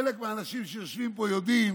חלק מהאנשים שיושבים פה יודעים